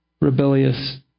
rebellious